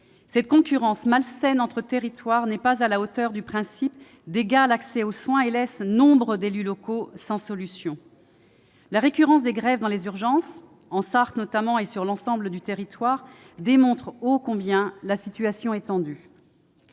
Cette concurrence malsaine entre territoires n'est pas à la hauteur du principe d'égal accès aux soins et laisse nombre d'élus locaux sans solution. La récurrence des grèves dans les urgences, en Sarthe et sur l'ensemble du territoire, démontre combien la situation est tendue.